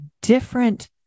different